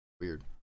Weird